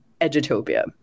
Edutopia